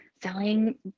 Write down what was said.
selling